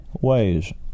ways